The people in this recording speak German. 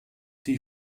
die